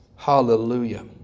Hallelujah